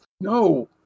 No